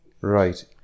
Right